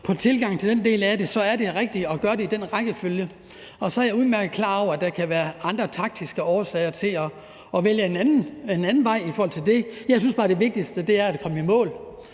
på tilgangen til den del af det, så er det rigtigt at gøre det i den rækkefølge. Så er jeg udmærket klar over, at der kan være andre taktiske årsager til at vælge en anden vej i forhold til det. Jeg synes bare, det vigtigste er at komme i mål,